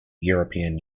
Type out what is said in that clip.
european